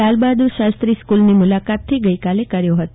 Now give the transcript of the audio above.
લાલબહાદુર શાસ્ત્રી સ્કુલની મુલાકાથી કર્યો હતો